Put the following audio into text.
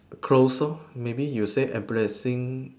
clothes lor maybe you say embarrassing